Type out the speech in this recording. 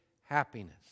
happiness